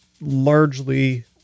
largely